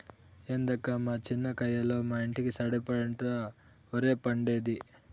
ఏందక్కా మా చిన్న కయ్యలో మా ఇంటికి సరిపడేంత ఒరే పండేది